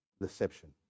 Deception